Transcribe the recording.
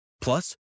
Plus